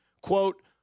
Quote